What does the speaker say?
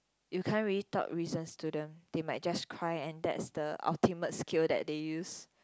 you can't really talk reasons to them they might just cry and that's the ultimate skill that they use